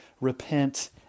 repent